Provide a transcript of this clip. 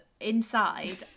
inside